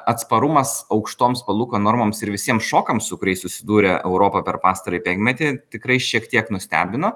atsparumas aukštoms palūkanų normoms ir visiems šokams su kuriais susidūrė europa per pastarąjį penkmetį tikrai šiek tiek nustebino